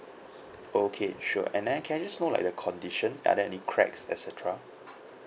okay sure and then can I just know like the condition are there any cracks et cetera